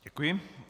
Děkuji.